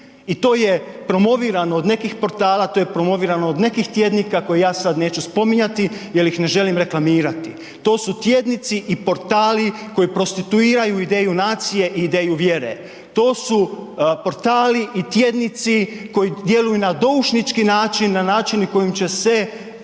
I to je promovirano od nekih portala, to je promovirano od nekih tjednika koje ja sada ne neću spominjati jer ih ne želim reklamirati. To su tjednici i portali koji prostituiraju ideju nacije i ideju vjere, to su portali i tjednici koji djeluju na doušnički način, na način kojim će se